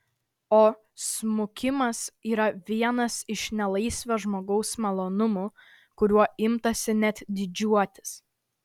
o smukimas yra vienas iš nelaisvo žmogaus malonumų kuriuo imtasi net didžiuotis